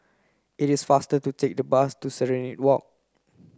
it is faster to take the bus to Serenade Walk